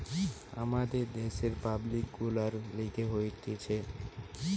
আমাদের দ্যাশের পাবলিক গুলার লিগে থাকতিছে